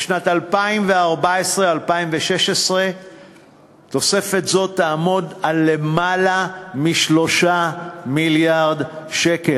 בשנים 2014 2016 תוספת זו תעמוד על למעלה מ-3 מיליארד שקל,